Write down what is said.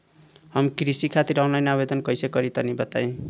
हम कृषि खातिर आनलाइन आवेदन कइसे करि तनि बताई?